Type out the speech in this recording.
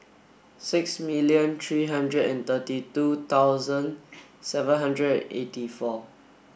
sixty million three hundred and thirty two thousand seven hundred eighty four